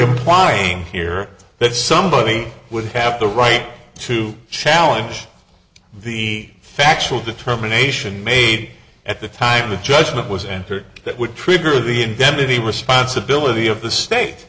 implying here that somebody would have the right to challenge the factual determination made at the time the judgment was entered that would trigger the event of the responsibility of the state